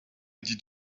did